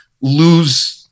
lose